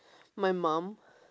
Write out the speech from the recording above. my mum